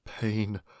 pain